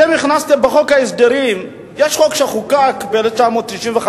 שאתם הכנסתם בחוק ההסדרים, יש חוק שחוקק ב-1995.